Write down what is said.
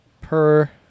Per-